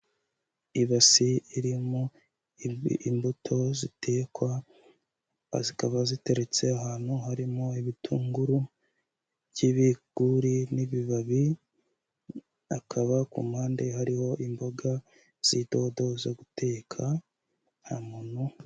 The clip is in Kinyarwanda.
Ibasi iririmo imbuto zitekwa, zikaba ziteretse ahantu harimo ibitunguru by'ibiguri n'ibibabi, akaba ku mpande hariho imboga z'idodo zo guteka, nta muntu